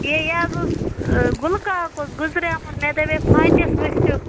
A یہِ حظ اوس گُلہ کاک اوس گُزریٚومُت مےٚ دَپیٚو فاتِحس ؤسِو